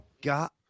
got